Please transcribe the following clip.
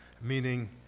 meaning